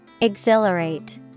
Exhilarate